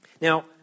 Now